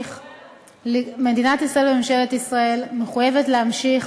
מדינת ישראל וממשלת ישראל מחויבות להמשיך